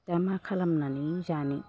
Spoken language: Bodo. दा मा खालामनानै जानो